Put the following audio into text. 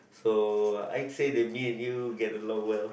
so I say that me and you get along well